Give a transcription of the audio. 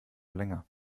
länger